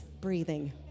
breathing